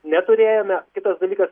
neturėjome kitas dalykas